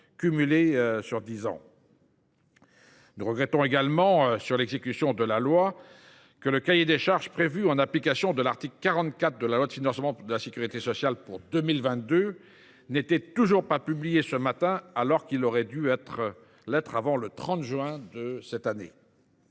cumulées sur dix ans ! Nous regrettons aussi le fait que le cahier des charges prévu en application de l’article 44 de la loi de financement de la sécurité sociale pour 2022 n’était toujours pas publié ce matin, alors qu’il aurait dû l’être avant le 30 juin de cette année.